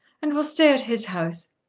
and will stay at his house.